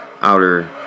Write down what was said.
Outer